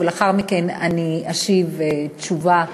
ולאחר מכן אני אשיב תשובה מסודרת.